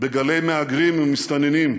בגלי מהגרים ומסתננים,